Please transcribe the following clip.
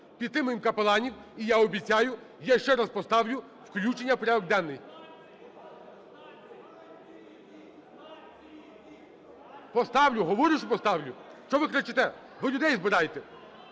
підтримаємо капеланів і я обіцяю, я ще раз поставлю включення в порядок денний. Поставлю, говорю, що поставлю. Чого ви кричите? Ви людей збирайте!